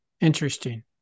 Interesting